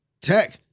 Tech